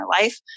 life